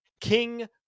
King